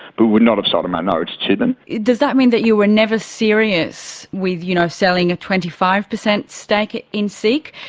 but we would not have sold a minority to them. does that mean that you were never serious with you know selling a twenty five per cent stake in seek,